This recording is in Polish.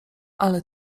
ale